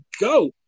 go